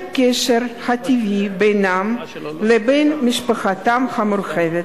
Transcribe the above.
הקשר הטבעי בינם לבין משפחתם המורחבת.